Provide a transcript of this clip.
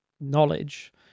knowledge